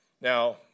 Now